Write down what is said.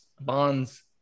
Bonds